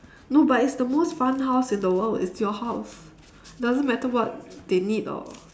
no but it's the most fun house in the world it's your house doesn't matter what they need or